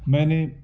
میں نے